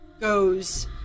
goes